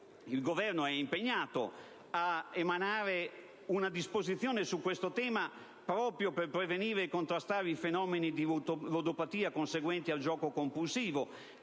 il Governo è impegnato ad emanare una disposizione su questo tema proprio per prevenire e contrastare i fenomeni di ludopatia conseguenti al gioco compulsivo,